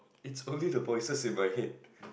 it's only the voices in my head